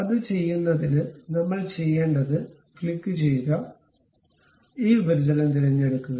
അത് ചെയ്യുന്നതിന് നമ്മൾ ചെയ്യേണ്ടത് ക്ലിക്കുചെയ്യുക ഈ ഉപരിതലം തിരഞ്ഞെടുക്കുക